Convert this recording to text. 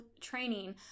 training